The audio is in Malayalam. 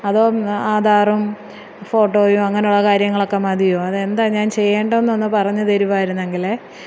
അതോ ആധാറും ഫോട്ടോയും അങ്ങനെയുള്ള കാര്യങ്ങളൊക്ക മതിയോ അത് എന്താണ് ഞാൻ ചെയ്യേണ്ടത് എന്നൊന്ന് പറഞ്ഞൂ തരുകയാണെങ്കിൽ